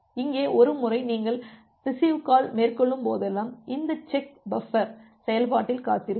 இங்கே ஒரு முறை நீங்கள் ரிசிவ் கால் மேற்கொள்ளும்போதெல்லாம் இந்த செக்பஃபர் CheckBuffer செயல்பாட்டில் காத்திருக்கும்